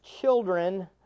children